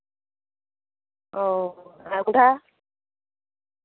ᱚ ᱟᱫᱟ